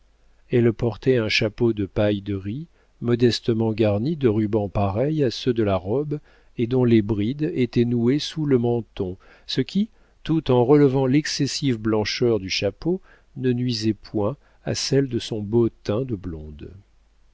elle portait un chapeau de paille de riz modestement garni de rubans pareils à ceux de la robe et dont les brides étaient nouées sous le menton ce qui tout en relevant l'excessive blancheur du chapeau ne nuisait point à celle de son beau teint de blonde